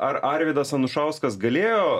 ar arvydas anušauskas galėjo